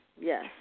Yes